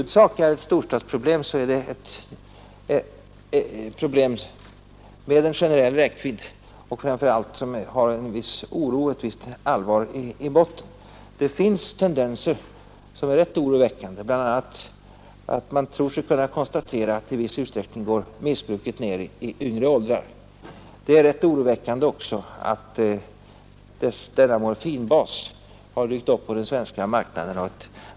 Det finns tendenser som är rätt oroväckande, bl.a. får man nog konstatera att missbruket i viss utsträckning går ner i yngre åldrar. Det är rätt oroväckande att morfinbas har dykt upp på den svenska marknaden.